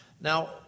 Now